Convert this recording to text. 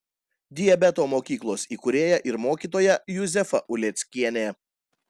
diabeto mokyklos įkūrėja ir mokytoja juzefa uleckienė